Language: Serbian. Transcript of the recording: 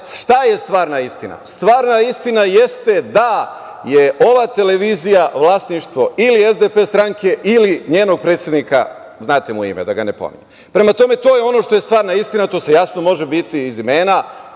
je stvarna istina? Stvarna istina jeste da je ova televizija vlasništvo ili SDP stranke ili njenog predsednika. Znate mu ime, da ga ne pominjem. Prema tome, to je ono što je stvarna istina. To se jasno može videti iz imena